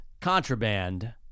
contraband